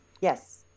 Yes